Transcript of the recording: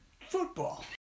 Football